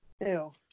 Ew